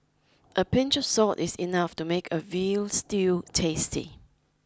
a pinch of salt is enough to make a veal stew tasty